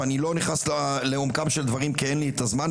ואני לא נכנס לעומקם של דברים כי אין לי את הזמן,